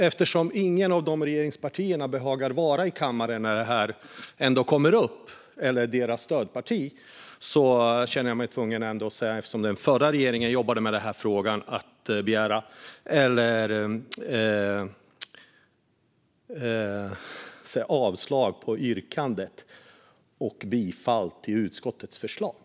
Eftersom varken något av regeringspartierna eller deras stödparti behagar vara i kammaren när detta ändå kommer upp känner jag mig, eftersom den förra regeringen jobbade med denna fråga, tvungen att yrka avslag på yrkandet och bifall till utskottets förslag.